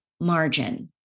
margin